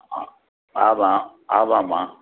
ஆ ஆமாம் ஆமாம்மா